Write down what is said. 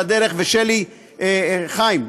חיים,